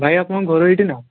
ଭାଇ ଆପଣଙ୍କ ଘର ଏଇଠି ନା